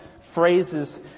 phrases